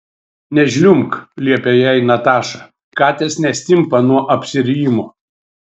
nežliumbk liepė jai nataša katės nestimpa nuo apsirijimo